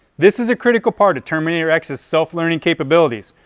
this is a critical part of terminator x's self-learning capabilities,